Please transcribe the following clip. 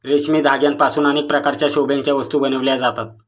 रेशमी धाग्यांपासून अनेक प्रकारच्या शोभेच्या वस्तू बनविल्या जातात